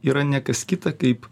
yra ne kas kita kaip